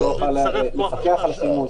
הוא לא יוכל לפקח על השימוש.